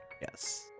Yes